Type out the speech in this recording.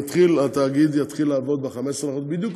התאגיד יתחיל לעבוד ב-15 לחודש בדיוק